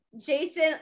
Jason